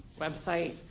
website